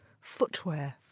footwear